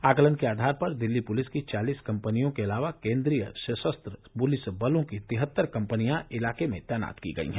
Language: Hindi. आकलन के आधार पर दिल्ली पुलिस की चालीस कंपनियों के अलावा केंद्रीय सशस्त्र पुलिस बलों की तिहत्तर कंपनियां इलाके में तैनात की गई हैं